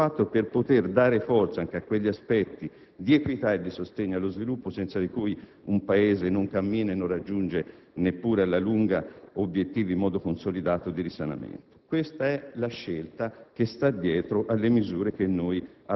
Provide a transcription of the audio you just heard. allo stesso tempo, di utilizzare una parte di risorse, lo 0,4, per poter dare forza anche a quegli aspetti di equità e di sostegno allo sviluppo, senza cui un Paese non cammina e non raggiunge neppure in modo consolidato alla lunga